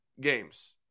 games